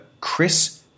Chris